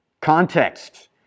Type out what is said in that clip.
Context